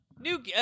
New